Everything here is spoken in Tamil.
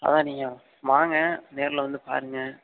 அதுதான் நீங்கள் வாங்க நேரில் வந்து பாருங்க